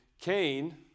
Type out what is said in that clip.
Cain